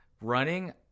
running